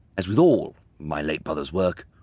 as with all my late brother's work,